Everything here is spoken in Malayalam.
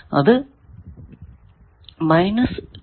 അത് ആണ്